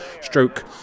stroke